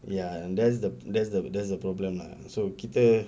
ya and that's the that's the that's the problem lah so kita